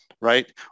right